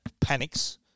panics